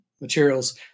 materials